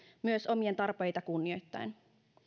myös omia tarpeita kunnioittaen